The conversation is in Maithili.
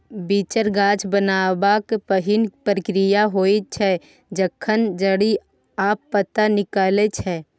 बीचर गाछ बनबाक पहिल प्रक्रिया होइ छै जखन जड़ि आ पात निकलै छै